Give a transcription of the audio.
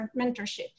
mentorship